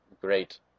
great